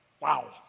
Wow